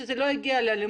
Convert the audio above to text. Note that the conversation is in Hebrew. כדי שזה לא יגיע לאלימות.